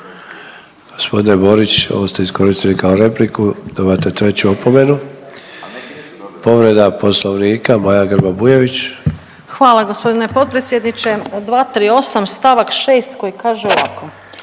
Hvala gospodine potpredsjedniče. 238. stavak 6. koji kaže ovako: